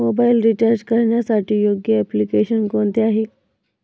Mobile recharge करण्यासाठी योग्य application कोणते आहे?